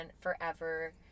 forever